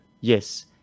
yes